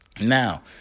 Now